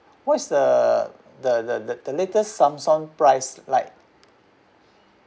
what is the the the the latest Samsung price like